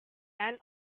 end